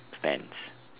pants